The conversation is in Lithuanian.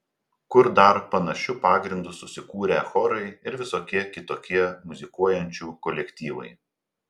kur dar panašiu pagrindu susikūrę chorai ir visokie kitokie muzikuojančių kolektyvai